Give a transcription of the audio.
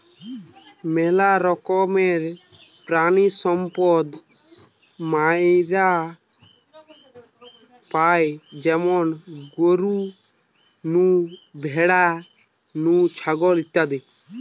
মেলা রকমের প্রাণিসম্পদ মাইরা পাই যেমন গরু নু, ভ্যাড়া নু, ছাগল ইত্যাদি